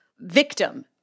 victim